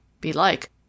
Belike